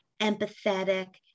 empathetic